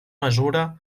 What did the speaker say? mesura